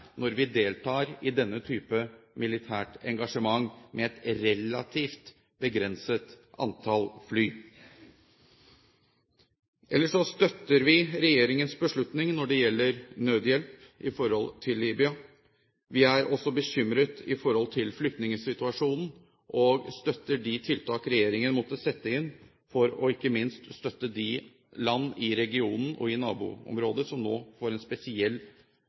når vi deltar i denne type militært engasjement med et relativt begrenset antall fly. Ellers støtter vi regjeringens beslutning når det gjelder nødhjelp til Libya. Vi er også bekymret over flyktningsituasjonen og støtter de tiltak regjeringen måtte sette inn, for ikke minst å støtte de land i regionen og i naboområdet som nå får en spesiell